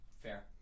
Fair